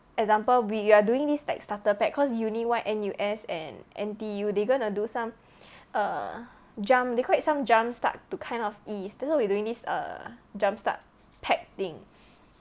example we are doing this like starter pack cause uni Y N_U_S and N_T_U they going to do some err jump they call it some jump start to kind of ease that's why we're doing this err jump start pack thing